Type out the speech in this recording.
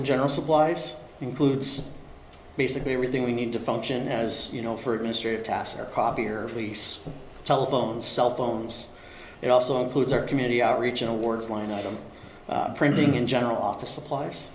and general supplies includes basically everything we need to function as you know for administrative tasks or copier least telephones cell phones it also includes our community outreach awards line item printing in general office appli